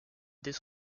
dès